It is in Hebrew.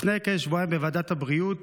לפני כשבועיים בוועדת הבריאות